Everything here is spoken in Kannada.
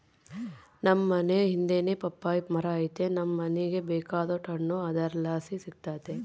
ನಮ್ ಮನೇ ಹಿಂದೆನೇ ಪಪ್ಪಾಯಿ ಮರ ಐತೆ ನಮ್ ಮನೀಗ ಬೇಕಾದೋಟು ಹಣ್ಣು ಅದರ್ಲಾಸಿ ಸಿಕ್ತತೆ